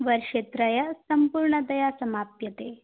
वर्षत्रये सम्पूर्णतया समाप्यते